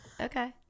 Okay